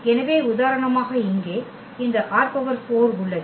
எனவே உதாரணமாக இங்கே இந்த ℝ4 உள்ளது